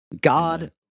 God